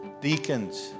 deacons